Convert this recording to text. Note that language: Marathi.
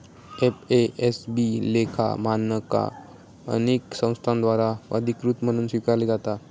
एफ.ए.एस.बी लेखा मानका अनेक संस्थांद्वारा अधिकृत म्हणून स्वीकारली जाता